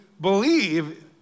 believe